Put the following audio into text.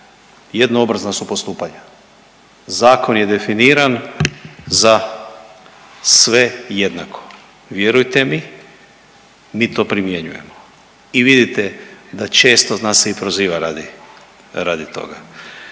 Jednoobrazna su postupanja, zakon je definiran za sve jednako. Vjerujte mi, mi to primjenjujemo i vidite da često nas se i proziva radi toga.